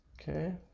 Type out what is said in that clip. Okay